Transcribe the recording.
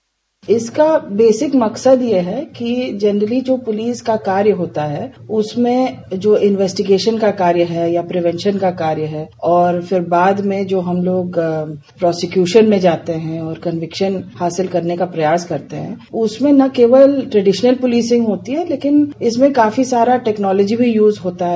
bite इसका basic मकसद यह है कि जनरली जो पुलिस का कार्य होता है उसमें जो इन्वेस्टीगेशन का कार्य है या प्रोवेन्शन का कार्य है और फिर बाद में जो हम लोग प्रशिद्यूशन में जाते हैं कन्वेशन हासिल करने का प्रयास करते है उसमें न केवल ट्रिडिशनल पुलिसिंग होती है लेकिन इसमें काफी सारा टेक्नोलॉजी भी यूज होता है